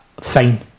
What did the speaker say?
fine